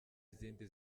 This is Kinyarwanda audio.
izindi